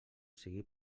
sigui